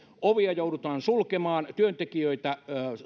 ovia joudutaan sulkemaan työntekijöitä